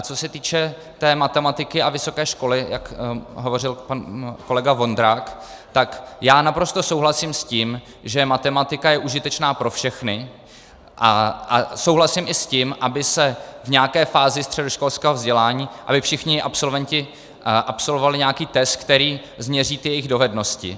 Co se týče matematiky a vysoké školy, jak hovořil pan kolega Vondrák, tak já naprosto souhlasím s tím, že matematika je užitečná pro všechny, a souhlasím i s tím, aby v nějaké fázi středoškolského vzdělání všichni absolventi absolvovali nějaký test, který změří jejich dovednosti.